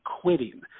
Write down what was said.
quitting